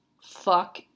Fuck